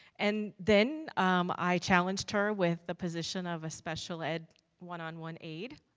an then i challenged her with a position of a special ed one on one aid.